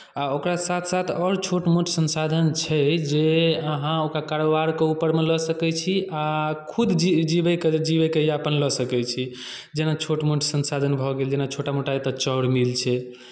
आ ओकरा साथ साथ आओर छोट मोट संसाधन छै जे अहाँ ओकरा कारोबारके ऊपरमे लऽ सकै छी आ खुद जी जीवैके जीयैके लिए अपन लऽ सकै छी जेना छोट मोट संसाधन भऽ गेल जेना छोटा मोटा एतय चाउर मिल छै